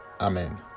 amen